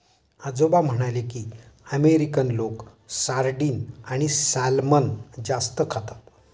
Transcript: आजोबा म्हणाले की, अमेरिकन लोक सार्डिन आणि सॅल्मन जास्त खातात